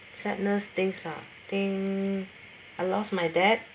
sadness things ah I think I lost my dad